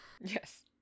Yes